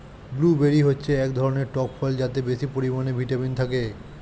blueberry হচ্ছে এক ধরনের টক ফল যাতে বেশি পরিমাণে ভিটামিন থাকে